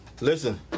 Listen